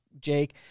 Jake